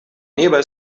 nearby